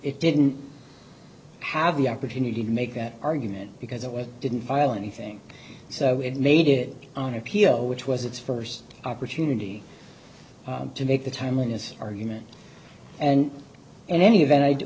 it didn't have the opportunity to make that argument because it was didn't file any thing so it made it on appeal which was its first opportunity to make the timeliness argument and in any event i